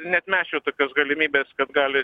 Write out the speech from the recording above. neatmesčiau tokios galimybės kad gali